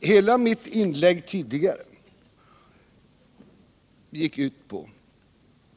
I mitt tidigare inlägg pekade jag på